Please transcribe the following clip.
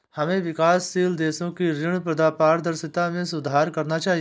हमें विकासशील देशों की ऋण पारदर्शिता में सुधार करना चाहिए